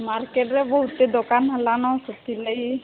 ମାର୍କେଟରେ ବହୁତ ଦୋକାନ ହେଲାନ ସେଥିର ଲାଗି